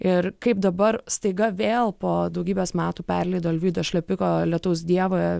ir kaip dabar staiga vėl po daugybės metų perleido alvydo šlepiko lietaus dievą